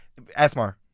Asmar